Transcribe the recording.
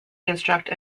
construct